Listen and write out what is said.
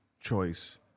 choice